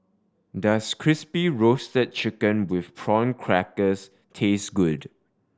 does Crispy Roasted Chicken with Prawn Crackers taste good